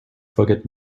forget